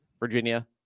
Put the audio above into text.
Virginia